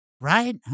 Right